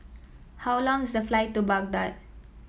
how long is the flight to Baghdad